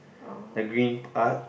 the green part